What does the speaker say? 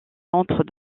centre